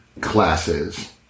classes